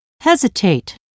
hesitate